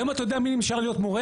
היום אתה יודע מי נשאר להיות מורה?